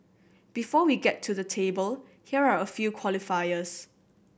before we get to the table here are a few qualifiers